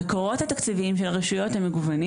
המקורות התקציביים של הרשויות הם מגוונים